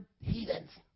heathens